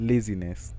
Laziness